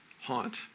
haunt